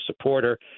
supporter